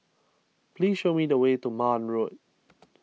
please show me the way to Marne Road